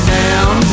down